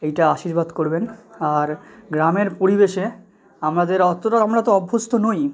এইটা আশীর্বাদ করবেন আর গ্রামের পরিবেশে আমাদের অতোটা আমরা তো অভ্যস্ত নই